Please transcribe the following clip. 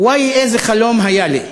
"וואי, איזה חלום היה לי,